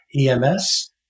EMS